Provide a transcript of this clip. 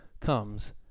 comes